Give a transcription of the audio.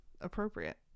appropriate